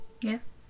Yes